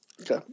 Okay